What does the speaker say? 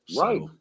Right